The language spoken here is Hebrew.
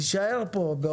תישאר פה.